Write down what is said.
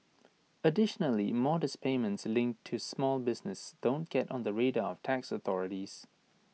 additionally modest payments linked to small business don't get on the radar of tax authorities